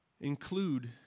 include